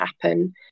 happen